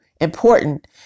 important